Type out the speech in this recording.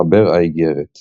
מחבר האיגרת